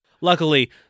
Luckily